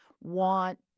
want